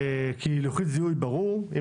כי אם אין לו לוחית זיהוי זה ברור,